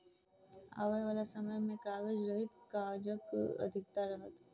आबयबाला समय मे कागज रहित काजक अधिकता रहत